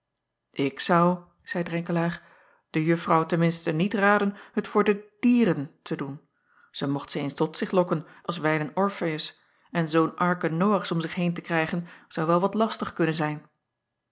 k zou zeî renkelaer de uffrouw ten minste niet raden het voor de dieren te doen zij mocht ze eens tot zich lokken als wijlen rfeus en zoo n arke oachs om zich heen te krijgen zou wel wat lastig kunnen zijn